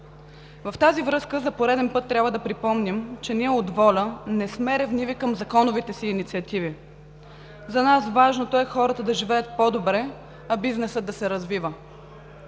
В тази връзка за пореден път трябва да припомним, че от ВОЛЯ не сме ревниви към законовите ни инициативи. За нас важното е хората да живеят по-добре, а бизнесът да се развива